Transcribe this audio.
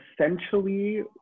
essentially